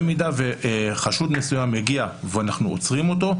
במידה וחשוד מסוים הגיע ואנחנו עוצרים אותו,